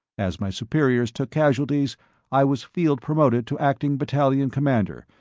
as my superiors took casualties i was field promoted to acting battalion commander,